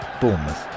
Bournemouth